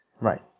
Right